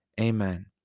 Amen